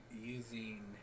using